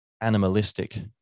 animalistic